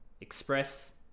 express